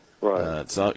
Right